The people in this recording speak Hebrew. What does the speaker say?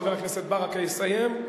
חבר הכנסת ברכה יסיים,